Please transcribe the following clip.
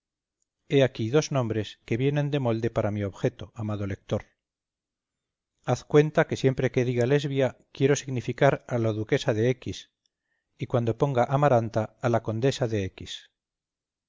he aquí dos nombres que vienen de molde para mi objeto amado lector haz cuenta que siempre que diga lesbia quiero significar a la duquesa de x y cuando ponga amaranta a la condesa de x